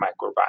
microbiome